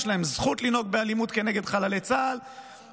יש להם זכות לנהוג באלימות כנגד חיילי צה"ל,